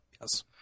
Yes